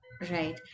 Right